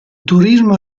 turismo